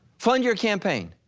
fund your campaign.